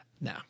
No